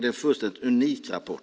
Det är en fullständigt unik rapport.